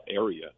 area